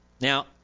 Now